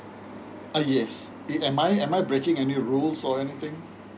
uh yes it am I am I breaking any rule or anything